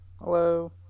Hello